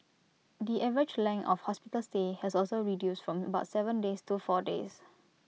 the average length of hospital stay has also reduced from about Seven days to four days